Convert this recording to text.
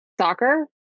soccer